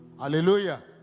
Hallelujah